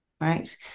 right